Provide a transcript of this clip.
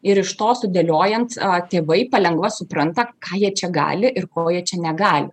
ir iš to sudėliojant tėvai palengva supranta ką jie čia gali ir ko jie čia negali